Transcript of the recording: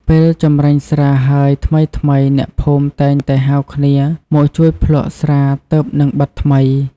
ពេលចម្រាញ់ស្រាហើយថ្មីៗ អ្នកភូមិតែងតែហៅគ្នាមកជួយភ្លក្សស្រាទើបនឹងបិតថ្មី។